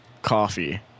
Coffee